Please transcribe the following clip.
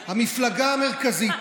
בפעם הקודמת אמרנו שנחזור לכאן מחוזקים,